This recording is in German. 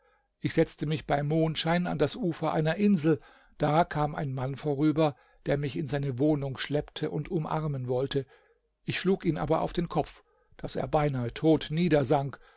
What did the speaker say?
ich setzte mich bei mondschein an das ufer einer insel da kam ein mann vorüber der mich in seine wohnung schleppte und umarmen wollte ich schlug ihn aber auf den kopf daß er beinahe tot